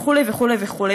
וכו' וכו' וכו'.